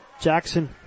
Jackson